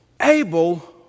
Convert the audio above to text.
Abel